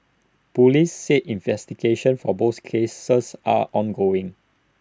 Police said investigations for both cases are ongoing